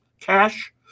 cash